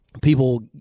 people